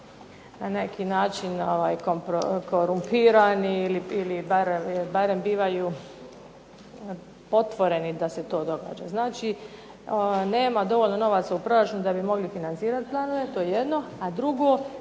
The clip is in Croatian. na neki način korumpirani ili barem bivaju otvoreni da se to događa. Znači nema dovoljno novaca u proračunu da bi mogli financirati planove, to je jedno, a drugo